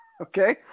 Okay